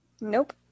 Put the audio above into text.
Nope